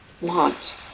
want